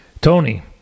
Tony